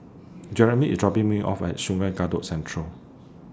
Jerimy IS dropping Me off At Sungei Kadut Central